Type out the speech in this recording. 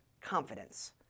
confidence